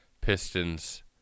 Pistons